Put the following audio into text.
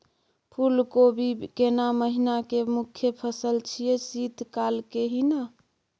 फुल कोबी केना महिना के मुखय फसल छियै शीत काल के ही न?